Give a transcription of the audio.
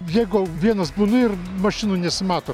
jeigou vienas būnu ir mašinų nesimato